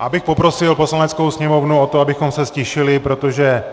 Já bych poprosil Poslaneckou sněmovnu o to, abychom se ztišili, protože